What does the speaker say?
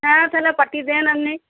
হ্যাঁ তাহলে পাঠিয়ে দেন আপনি